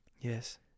Yes